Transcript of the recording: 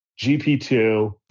GP2